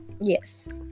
Yes